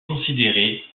considérée